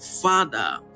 Father